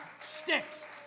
sticks